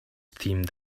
teamed